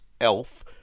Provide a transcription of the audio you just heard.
Elf